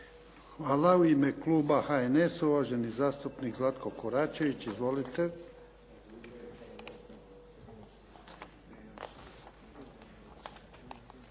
Hvala. U ime kluba HNS-a, uvaženi zastupnik Zlatko Koračević. Izvolite.